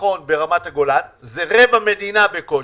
הביטחון ברמת הגולן זה רבע מדינה בקושי,